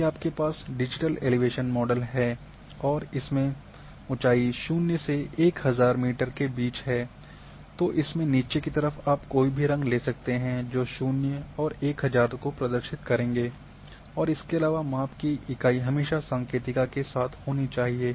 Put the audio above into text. यदि आपके पास डिजिटल एलिवेशन मॉडल हैं और इसमें ऊँचाई 0 से 1000 मीटर के बीच है तो इसमें नीचे की तरफ़ आप कोई भी रंग ले सकते जो 0 और 1000 को प्रदर्शित करेंगे और इसके अलावा माप की इकाई हमेशा संकेतिका के साथ होना चाहिए